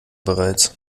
bereits